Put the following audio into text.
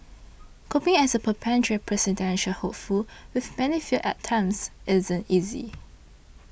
coping as a perpetual presidential hopeful with many failed attempts isn't easy